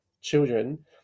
children